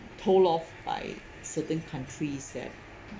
told off by certain countries that